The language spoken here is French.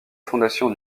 fondation